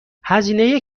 هزینه